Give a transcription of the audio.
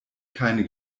keine